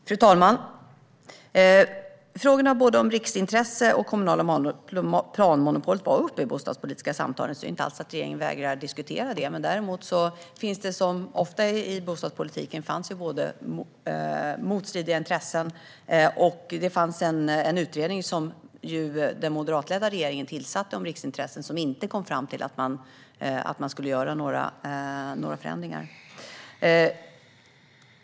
Fru talman! Frågorna om riksintresse och om det kommunala planmonopolet togs upp i de bostadspolitiska samtalen, så det är inte alls så att regeringen vägrar att diskutera detta. Däremot finns det, som ofta i bostadspolitiken, motstridiga intressen. Det finns också en utredning om riksintressen, som den moderatledda regeringen tillsatte och som inte kom fram till att man skulle göra några förändringar.